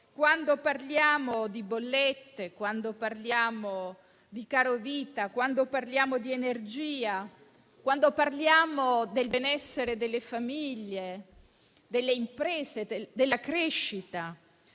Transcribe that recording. quando si parla di bollette, di carovita, di energia, del benessere delle famiglie, delle imprese e della crescita,